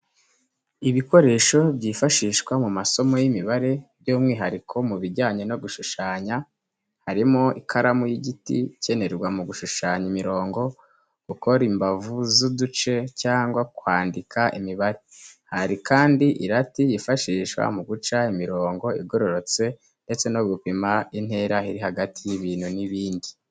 Ibikoresho byifashishwa mu masomo y'imibare by'umwihariko mu bijyanye no gushushanya. Harimo ikaramu y'igiti ikenerwa mu gushushanya imirongo, gukora imbavu z’uduce cyangwa kwandika imibare. Hari kandi irati yifashishwa mu guca imiringo igororotse ndetse no gupima intera iri hagati y'ibintu n'ibindi.